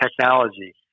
technology